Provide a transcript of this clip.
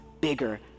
bigger